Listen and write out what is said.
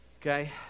Okay